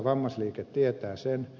vammaisliike tietää sen